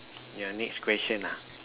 yeah next question ah